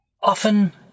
Often